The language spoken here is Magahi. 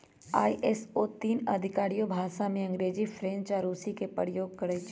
आई.एस.ओ तीन आधिकारिक भाषामें अंग्रेजी, फ्रेंच आऽ रूसी के प्रयोग करइ छै